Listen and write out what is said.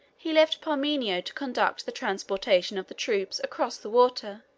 he left parmenio to conduct the transportation of the troops across the water,